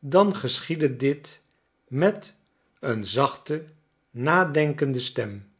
dan geschiedde dit met een zachte nadenkende stem